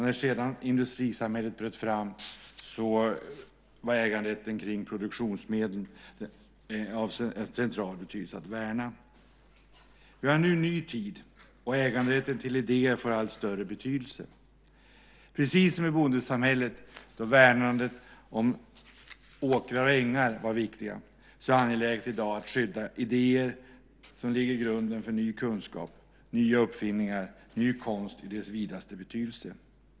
När sedan industrisamhället bröt fram var äganderätten kring produktionsmedlen det viktigaste. Vi har nu en ny tid, och äganderätten till idéer får allt större betydelse. Precis som det i bondesamhället var av yttersta vikt att skydda och värna äganderätten till åkrar och ängar är det i dag angeläget att skydda idéer som lägger grunden för ny kunskap, nya uppfinningar och ny konst i dess vidaste betydelse.